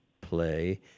play